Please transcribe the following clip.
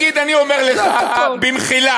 נגיד, אני אומר לך, במחילה,